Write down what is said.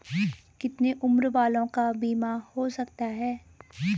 कितने उम्र वालों का बीमा हो सकता है?